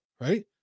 right